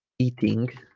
eating